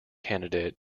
candidate